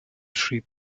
schrieb